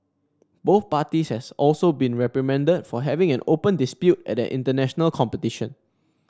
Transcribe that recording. both parties has also been reprimanded for having an open dispute at an international competition